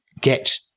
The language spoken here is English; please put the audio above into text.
get